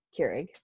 Keurig